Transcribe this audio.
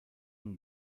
une